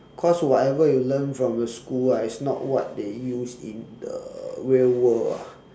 because whatever you learn from the school ah is not what they use in the real world ah